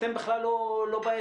אתם בכלל לא בעסק.